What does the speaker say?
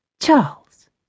Charles